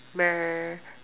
where